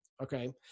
Okay